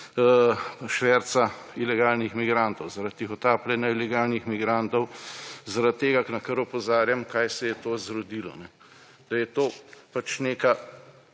šverca ilegalnih migrantov, zaradi tihotapljenja ilegalnih migrantov, zaradi tega, na kar opozarjam, v kaj se je to izrodilo. Da je to pač neka